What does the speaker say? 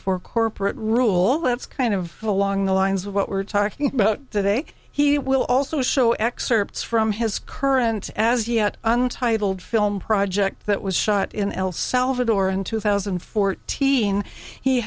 for corporate rule that's kind of along the lines of what we're talking about today he will also show excerpts from his current as yet untitled film project that was shot in el salvador in two thousand and fourteen he